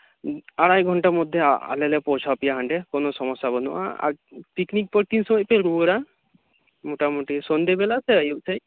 ᱟᱲᱟᱭ ᱜᱷᱚᱱᱴᱟ ᱢᱚᱫᱽᱫᱷᱮ ᱟᱞᱮ ᱞᱮ ᱯᱳᱣᱪᱷᱟᱣ ᱯᱮᱭᱟ ᱦᱟᱸᱰᱮ ᱠᱚᱱᱚ ᱥᱚᱢᱚᱥᱥᱟ ᱵᱟᱹᱱᱩᱜᱼᱟ ᱟᱨ ᱯᱤᱠᱯᱤᱠ ᱠᱷᱚᱡ ᱛᱤᱱ ᱥᱚᱢᱟᱹᱭ ᱯᱮ ᱨᱩᱣᱟᱹᱲᱟ ᱢᱚᱴᱟᱢᱩᱴᱤ ᱥᱚᱱᱫᱷᱮ ᱵᱮᱞᱟ ᱥᱮ ᱟᱹᱭᱩᱵ ᱥᱮᱫ